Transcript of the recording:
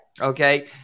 Okay